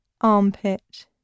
armpit